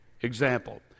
Example